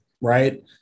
right